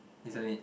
isn't it